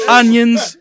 onions